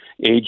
age